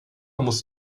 muss